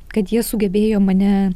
kad jie sugebėjo mane